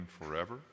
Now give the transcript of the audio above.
forever